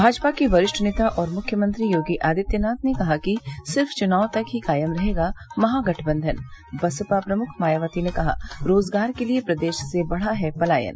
भाजपा के वरिष्ठ नेता और मुख्यमंत्री योगी आदित्यनाथ ने कहा कि सिर्फ चुनाव तक ही कायम रहेगा महागठबंधन बसपा प्रमुख मायावती ने कहा रोजगार के लिये प्रदेश से बढ़ा है पलायन